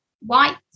white